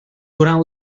durant